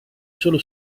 solo